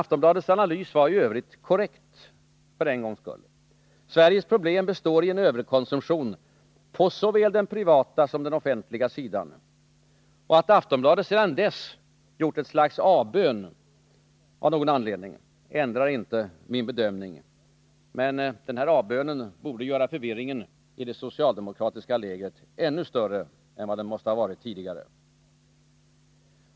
Aftonbladets analys var i övrigt korrekt för en gångs skull. Sveriges problem består i en överkonsumtion på såväl den privata som den offentliga sidan. Att Aftonbladet sedan dess gjort ett slags avbön av någon anledning ändrar inte min bedömning. Men denna avbön borde göra förvirringen i det socialdemokratiska lägret ännu större än vad den måste ha varit tidigare.